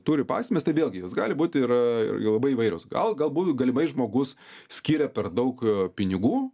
turi pasekmes tai vėlgi jos gali būt ir ir labai įvairios gal galbūt galimai žmogus skiria per daug pinigų